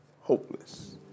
hopeless